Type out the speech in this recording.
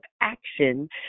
action